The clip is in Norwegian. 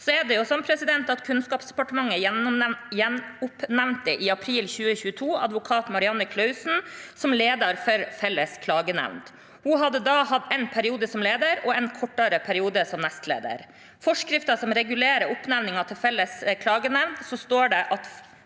rundt Felles klagenemnd. Kunnskapsdepartementet gjenoppnevnte i april 2022 advokat Marianne Klausen som leder for Felles klagenemnd. Hun hadde da hatt en periode som leder og en kortere periode som nestleder. Forskriften som regulerer oppnevningen til Felles klagenemnd, slår fast at